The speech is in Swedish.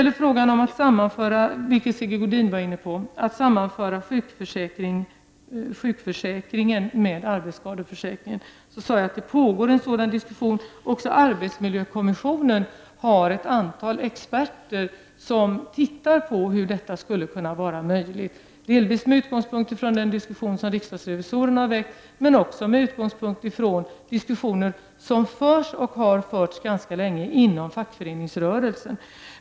Sigge Godin var inne på frågan om att sammanföra sjukförsäkringen med arbetsskadeförsäkringen. Jag sade i mitt anförande att det pågår en diskussion i den frågan. Arbetsmiljökommissionen har också ett antal experter, som undersöker hur detta skall kunna vara möjligt, delvis med utgångspunkt i den diskussion som riksdagsrevisorerna har väckt, men också med utgångspunkt i diskussioner som förs och har förts ganska länge inom fackföreningsrörelsen.